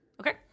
Okay